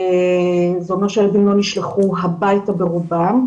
זה אומר שהילדים לא נשלחו הביתה ברובם,